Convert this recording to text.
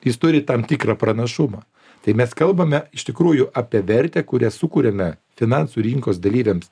jis turi tam tikrą pranašumą tai mes kalbame iš tikrųjų apie vertę kurią sukuriame finansų rinkos dalyviams